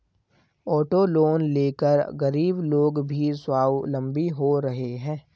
auto loan लेकर गरीब लोग भी स्वावलम्बी हो रहे हैं